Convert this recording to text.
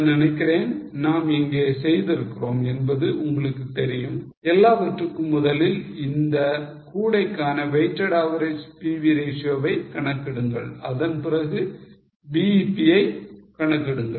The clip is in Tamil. நான் நினைக்கிறேன் நாம் இங்கே செய்திருக்கிறோம் என்பது உங்களுக்கு தெரியும் எல்லாவற்றுக்கும் முதலில் இந்த கூடைக்கான weighted average PV ratio வை கணக்கிடுங்கள் அதன்பிறகு BEP ஐ கணக்கிடுங்கள்